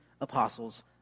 apostles